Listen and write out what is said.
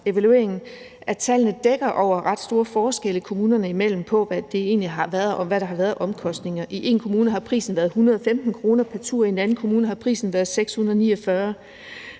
evalueringen – at tallene dækker over ret store forskelle kommunerne imellem på, hvad der egentlig har været af omkostninger. I en kommune har prisen været 115 kr. pr. tur; i en anden kommune har prisen været 649 kr.